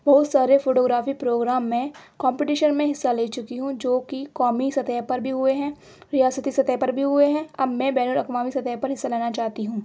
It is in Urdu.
بہت سارے فوٹو گرافی پروگرام میں کومپٹیشن میں حصہ لے چکی ہوں جو کہ قومی سطح پر بھی ہوئے ہیں ریاستی سطح پر بھی ہوئے ہیں اب میں بین الاقوامی سطح پر اسے لانا چاہتی ہوں